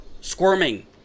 squirming